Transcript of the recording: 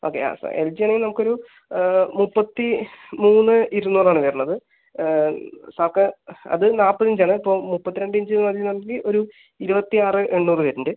okay ആ sir LG ജി ആണെങ്കിൽ നമുക്ക് ഒരു മുപ്പത്തിമൂന്ന് ഇരുന്നൂറ് ആണ് വരണത് സാർക്ക് അത് നാൽപ്പത് ഇഞ്ച് ആണ് ഇപ്പോൾ മുപ്പത്തിരണ്ട് ഇഞ്ച് പറയുവാണെങ്കിൽ ഒരു ഇരുപത്തിയാറ് എണ്ണൂറ് വരുന്നുണ്ട്